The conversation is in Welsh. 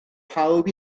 pawb